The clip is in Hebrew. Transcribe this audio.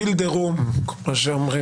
אבל תרגישו את החדר, כמו שאומרים.